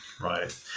Right